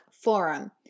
forum